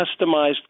customized